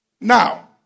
Now